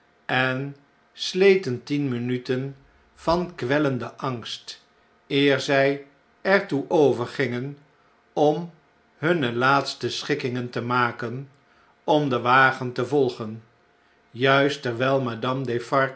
en sleten tien minuten van kwellenden angst eer zjj er toe overgingen om hunne laatste schikkingen te maken om den wagente volgen juist terwjjl madame